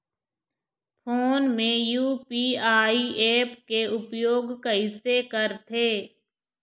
Phone मे UPI app के उपयोग कइसे करथे?